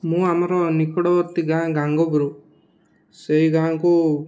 ମୁଁ ଆମର ନିକଟବର୍ତ୍ତୀ ଗାଁ ଗାଙ୍ଗବରୁ ସେଇ ଗାଁକୁ